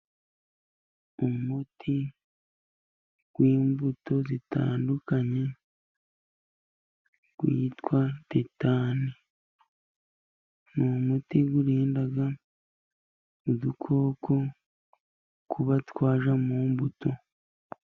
Umuti w'imbuto zitandukanye witwa detani. Ni umuti urinda udukoko kuba twajya mu mbuto.